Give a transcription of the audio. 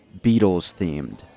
Beatles-themed